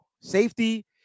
safety